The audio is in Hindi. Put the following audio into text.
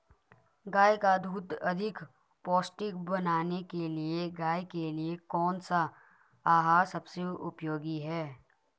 गाय का दूध अधिक पौष्टिक बनाने के लिए गाय के लिए कौन सा आहार सबसे उपयोगी है?